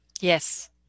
yes